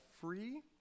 free